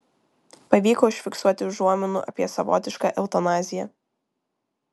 pavyko užfiksuoti užuominų apie savotišką eutanaziją